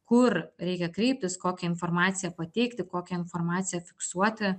kur reikia kreiptis kokią informaciją pateikti kokią informaciją fiksuoti